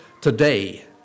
today